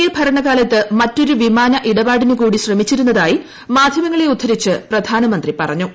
A ഭരണകാലത്ത് മറ്റൊരു വിമാന ഇടപാടിനുകൂടി ശ്രമിച്ചിരുന്നതായി മാധ്യമങ്ങളെ ഉദ്ധരിച്ച് പ്രധാനമന്ത്രി പറഞ്ഞു